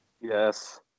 Yes